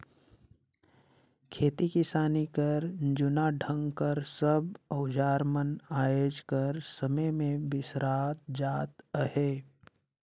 खेती किसानी कर जूना ढंग कर सब अउजार मन आएज कर समे मे बिसरात जात अहे